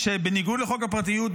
שבניגוד לחוק הפרטיות,